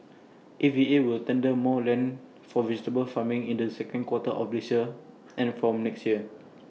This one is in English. A V A will tender more land for vegetable farming in the second quarter of this year and from next year